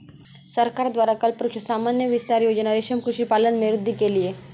सरकार द्वारा कल्पवृक्ष सामान्य विस्तार योजना रेशम कृषि पालन में वृद्धि के लिए